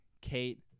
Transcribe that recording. Kate